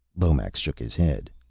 lomax shook his head.